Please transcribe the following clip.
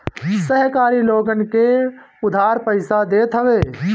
सहकारी लोगन के उधार पईसा देत हवे